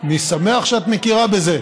שמח שאת מכירה בזה.